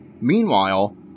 Meanwhile